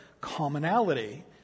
commonality